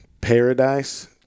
paradise